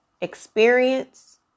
experience